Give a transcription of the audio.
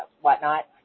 whatnot